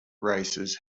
races